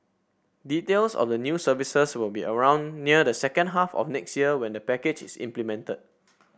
details of the new services will be around near the second half of next year when the package is implemented